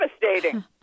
devastating